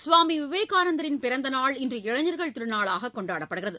சுவாமி விவேகானந்தரின் பிறந்த நாள் இன்று இளைஞர்கள் திருநாளாக கொண்டாடப்படுகிறது